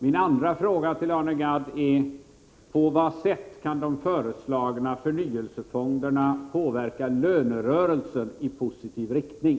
Min andra fråga till Arne Gadd är: På vad sätt kan de föreslagna förnyelsefonderna påverka lönerörelsen i positiv riktning?